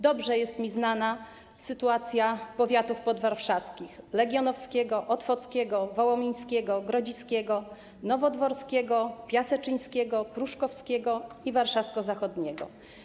Dobrze jest mi znana sytuacja powiatów podwarszawskich: legionowskiego, otwockiego, wołomińskiego, grodziskiego, nowodworskiego, piaseczyńskiego, pruszkowskiego i warszawskiego zachodniego.